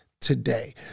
today